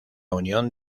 unión